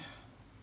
PTY-